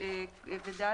אין סעיפים קטנים 14ד(א) ו-(ב),